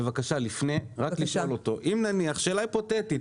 אני רוצה בבקשה לשאול אותו לפני שאלה היפותטית.